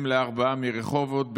אם לארבעה מרחובות,